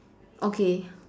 okay